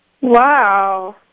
Wow